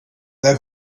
their